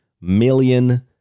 million